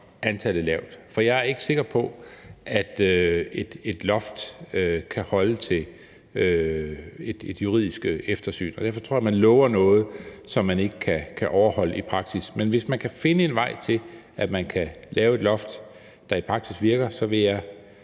antallet lavt. For jeg er ikke sikker på, at et loft kan holde til et juridisk eftersyn. Derfor tror jeg, at man lover noget, som man ikke kan overholde i praksis. Men hvis man kan finde en vej til, at man kan lave et loft, der i praksis virker, så vil jeg